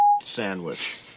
Sandwich